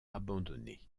abandonné